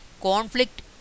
Conflict